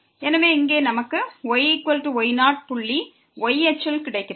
எனவே இங்கே நமக்கு yy0 புள்ளி y அச்சில் கிடைக்கிறது